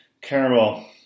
caramel